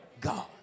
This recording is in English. God